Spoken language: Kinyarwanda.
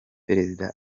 perezida